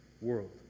world